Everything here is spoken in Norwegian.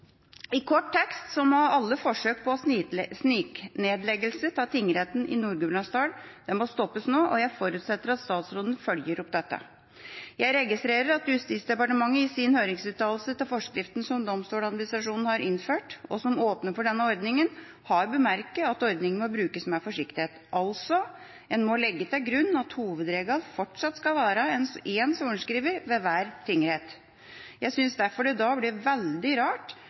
I kort tekst må alle forsøk på sniknedleggelse av tingretten i Nord-Gudbrandsdalen stoppes nå, og jeg forutsetter at statsråden følger opp dette. Jeg registrerer at Justisdepartementet i sin høringsuttalelse til forskriften som Domstoladministrasjonen har innført, og som åpner for denne ordningen, har bemerket at ordningen må brukes med forsiktighet. Altså: En må legge til grunn at hovedregelen fortsatt skal være én sorenskriver ved hver tingrett. Jeg synes derfor det da blir veldig rart